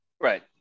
right